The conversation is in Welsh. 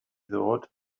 ddod